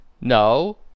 No